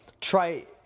try